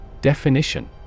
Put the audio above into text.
Definition